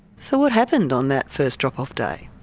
so what happened on that first drop-off day?